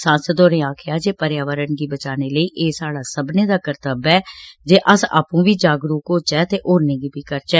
सांसद होरें आक्खेआ जे पर्यावरण गी बचाने लेई एह् साढ़ा सब्बनें दा कृतव्य ऐ जे अस आपू बी जागरुक होचै ते होरनें गी बी करचै